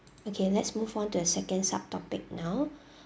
okay let's move on to the second sub topic now